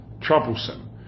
troublesome